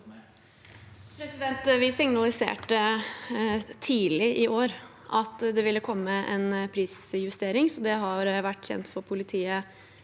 Vi signaliserte tid- lig i år at det ville komme en prisjustering, så det har vært kjent for politiet